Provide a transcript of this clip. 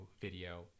video